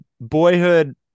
Boyhood